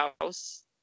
house